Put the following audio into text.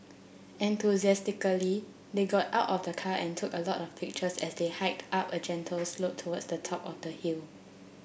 enthusiastically they got out of the car and took a lot of pictures as they hiked up a gentle slope towards the top of the hill